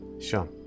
Sure